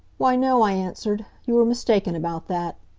why, no, i answered. you were mistaken about that.